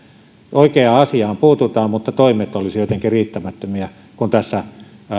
oikeaan asiaan puututaan mutta toimet olisivat jotenkin riittämättömiä kun tässä